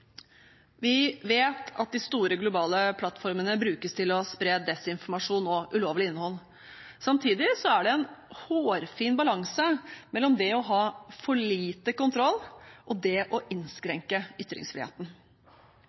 Vi vet at de store, globale plattformene brukes til å spre desinformasjon og ulovlig innhold. Samtidig er det en hårfin balanse mellom det å ha for lite kontroll og det å innskrenke ytringsfriheten.